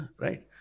right